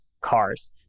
cars